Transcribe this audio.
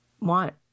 want